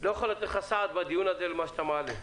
לא יכול לתת סעד למה שאתה מעלה.